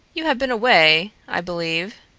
you have been away, i believe?